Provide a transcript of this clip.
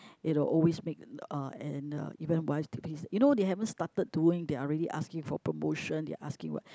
it'll always make uh and uh even wise you know they haven't started doing they are already asking for promotion they are asking what